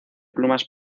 plumas